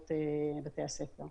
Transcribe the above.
ומוסדות בתי הספר.